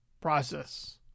process